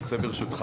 אני רוצה ברשותך,